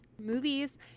movies